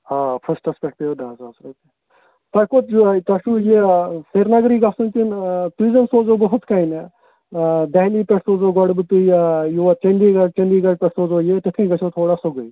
آ فٔسٹَس پٮ۪ٹھ پیٚوٕ دَہ ساس رۄپیہِ تۄہہِ کوٚت یوٚہَے تۄہہِ چھُو یہِ سرینگرٕے گژھُن کِنہٕ تُہۍ زَن سوزہو بہٕ ہُتھٕ کٔنۍ دہلی پٮ۪ٹھ سوزہو گۄڈٕ بہٕ تُہۍ یور چَنٛدی گڑھ چَنٛدی گڑھ پٮ۪ٹھ سوزہو یہِ تِتھٕ کَنہِ گژھٮ۪و تھوڑا سرٛۅگُے